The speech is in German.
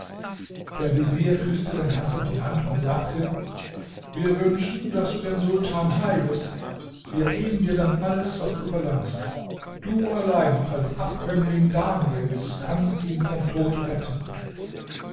der vezier küßte dann haseb die hand und sagte wir wünschen daß du den sultan heilest wir geben dir dann alles was du verlangst du allein als abkömmling daniels kannst ihn vom tod retten